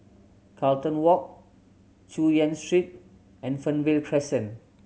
Carlton Walk Chu Yen Street and Fernvale Crescent